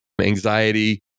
anxiety